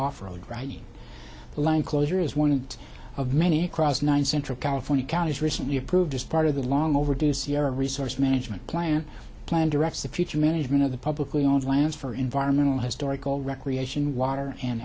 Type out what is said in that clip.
off road riding line closure is one of many across nine central california counties recently approved as part of the long overdue sierra resource management plan plan directs the future management of the publicly owned lands for environmental historical recreation water and